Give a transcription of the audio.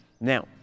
Now